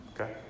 Okay